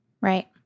Right